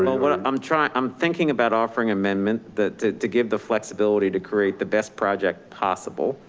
what ah i'm trying, i'm thinking about offering amendment that to give the flexibility, to create the best project possible.